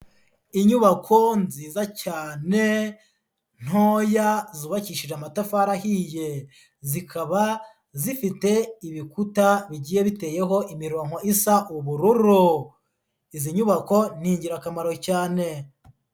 Inyubako nziza cyane ntoya zubakishije amatafari ahiye, zikaba zifite ibikuta bigiye biteyeho imirongo isa ubururu, izi nyubako ni ingirakamaro cyane.